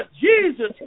Jesus